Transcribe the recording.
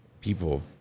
people